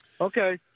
Okay